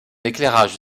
éclairage